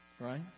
Right